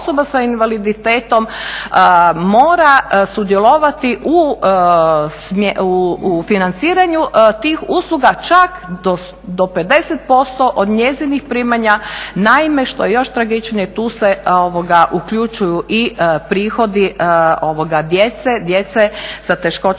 osoba sa invaliditetom mora sudjelovati u financiranju tih usluga čak do 50% od njezinih primanja, naime što je još tragičnije, tu se uključuju i prihodi djece sa teškoćama